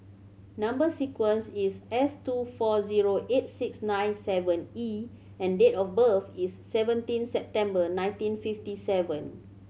number sequence is S two four zero eight six nine seven E and date of birth is seventeen September nineteen fifty seven